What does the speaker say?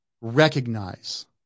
recognize